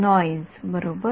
noise बरोबर